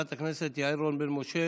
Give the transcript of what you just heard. חברת הכנסת יעל רון בן משה,